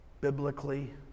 biblically